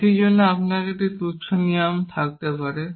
এটির জন্য আপনার একটি তুচ্ছ নিয়ম থাকতে পারে